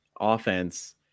offense